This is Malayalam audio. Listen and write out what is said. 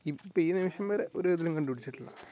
ഇപ്പം ഈ നിമഷം വരെ ഒരു ഇതിലും കണ്ടുപിടിച്ചിട്ടില്ല